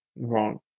wrong